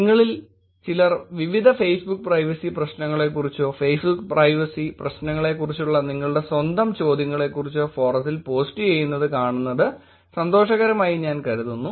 നിങ്ങളിൽ ചിലർ വിവിധ ഫെയ്സ്ബുക്ക് പ്രൈവസി പ്രശ്നങ്ങളെക്കുറിച്ചോ ഫേസ്ബുക്ക് പ്രൈവസി പ്രശ്നങ്ങളെക്കുറിച്ചുള്ള നിങ്ങളുടെ സ്വന്തം ചോദ്യങ്ങളെക്കുറിച്ചോ ഫോറത്തിൽ പോസ്റ്റുചെയ്യുന്നത് കാണുന്നത് സന്തോഷകരമായി ഞാൻ കരുതുന്നു